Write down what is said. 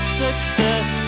success